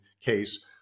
case